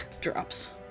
drops